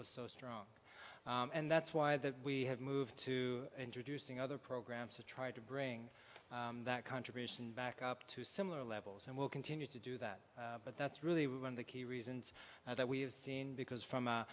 was so strong and that's why the we have moved to introducing other programs to try to bring that contribution back up to similar levels and we'll continue to do that but that's really one of the key reasons that we've seen because from